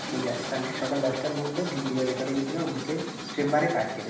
ঠিক আছে কালকে সকাল দশটার মদ্যে ভিডিও রেকর্ডিংগুলো আমাকে চেম্বারে পাঠিয়ে দেবে